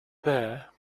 there